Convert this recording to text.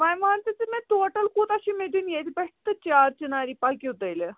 وۄنۍ وَن تہٕ ژٕ مےٚ ٹوٹَل کوٗتاہ چھُ مےٚ دیُن ییٚتہِ پٮ۪ٹھ تہٕ چار چناری پٔکِو تیٚلہِ